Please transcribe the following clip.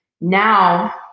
now